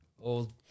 old